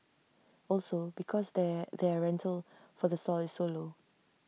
also because their their rental for the stall is so low